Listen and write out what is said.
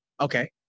Okay